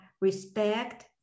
respect